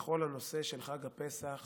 בכל הנושא של חג הפסח